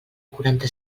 quaranta